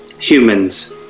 humans